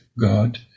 God